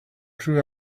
true